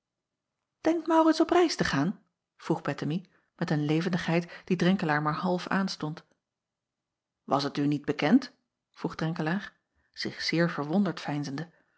enkt aurits op reis te gaan vroeg ettemie met een levendigheid die renkelaer maar half aanstond as het u niet bekend vroeg renkelaer zich zeer verwonderd